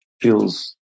feels